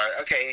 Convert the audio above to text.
okay